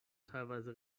teilweise